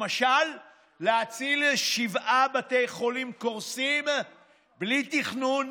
למשל להציל שבעה בתי חולים קורסים בלי תכנון,